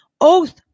oath